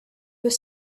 was